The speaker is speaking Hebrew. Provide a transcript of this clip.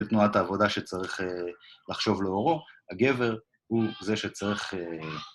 ‫בתנועת העבודה שצריך לחשוב לאורו, ‫הגבר הוא זה שצריך...